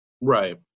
Right